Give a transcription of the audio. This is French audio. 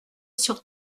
sur